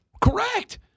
Correct